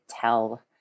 tell